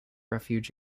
refuge